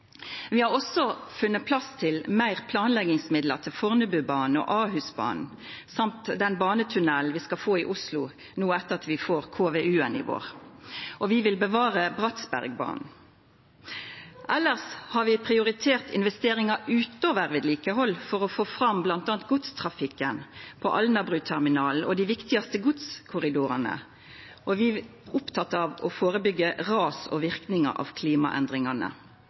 Vi har også funne plass til meir planleggingsmidlar til Fornebubanen og Ahusbanen og til den banetunnelen vi skal få i Oslo no etter at vi får KVU-en i vår, og vi vil bevara Bratsbergbanen. Elles har vi prioritert investeringar utover vedlikehald for å få fram bl.a. godstrafikken på Alnabru-terminalen og dei viktigaste godskorridorane, og vi er opptekne av å førebyggja ras og verknader av klimaendringane